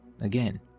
Again